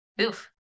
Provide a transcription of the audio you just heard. oof